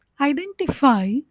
identify